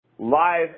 Live